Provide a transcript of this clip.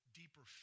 deeper